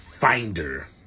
finder